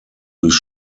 durch